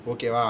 Okay